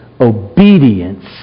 obedience